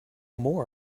more